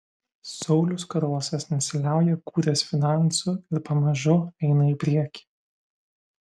saulius karosas nesiliauja kūręs finansų ir pamažu eina į priekį